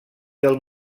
del